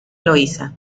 eloísa